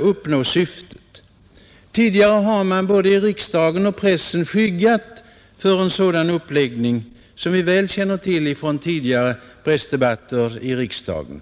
uppnå syftet. Tidigare har man, både i riksdagen och pressen, skyggat för en sådan uppläggning, vilket vi väl känner till från tidigare pressdebatter i riksdagen.